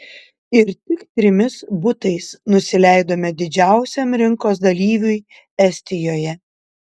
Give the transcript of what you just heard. ir tik trimis butais nusileidome didžiausiam rinkos dalyviui estijoje